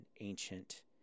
ancient